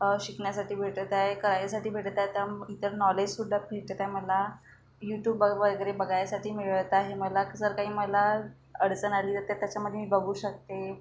शिकण्यासाठी भेटत आहे करायसाठी भेटत आहे तर इतर नॉलेजसुद्धा भेटत आहे मला यूट्यूब वगैरे बघायसाठी मिळत आहे मला जर काही मला अडचण आली तर त्याच्यामध्ये मी बघू शकते